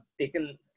taken